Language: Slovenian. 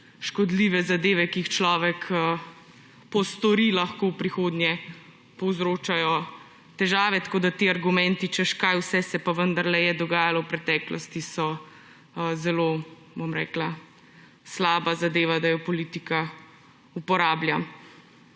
škodljive zadeve, ki jih človek postori, lahko v prihodnje povzročajo težave. Tako ti argumenti, češ, kaj vse se pa vendarle je dogajalo v preteklosti, so zelo slaba zadeva, da jo politika uporablja.